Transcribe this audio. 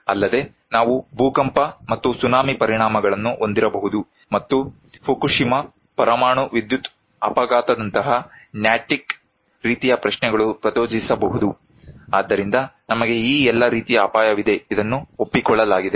ಅಲ್ಲದೆ ನಾವು ಭೂಕಂಪ ಮತ್ತು ಸುನಾಮಿ ಪರಿಣಾಮಗಳನ್ನು ಹೊಂದಿರಬಹುದು ಮತ್ತು ಫುಕುಶಿಮಾ ಪರಮಾಣು ವಿದ್ಯುತ್ ಅಪಘಾತದಂತಹ ನ್ಯಾಟಿಕ್ ರೀತಿಯ ಪ್ರಶ್ನೆಗಳು ಪ್ರಚೋದಿಸಬಹುದು ಆದ್ದರಿಂದ ನಮಗೆ ಈ ಎಲ್ಲಾ ರೀತಿಯ ಅಪಾಯವಿದೆ ಇದನ್ನು ಒಪ್ಪಿಕೊಳ್ಳಲಾಗಿದೆ